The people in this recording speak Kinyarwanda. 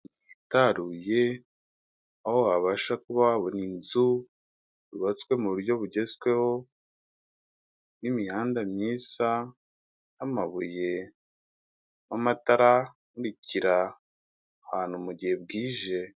Hitaruye aho wababasha kubabona inzu yubatswe mu buryo bugezweho, n'imihanda myiza y'amabuye n'amatara amurikira ahantu mu gihe bwije.